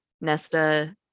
Nesta